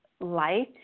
light